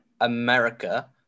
America